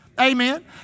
Amen